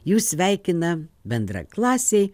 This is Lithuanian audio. jus sveikina bendraklasiai